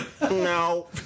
No